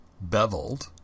beveled